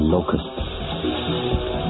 Locusts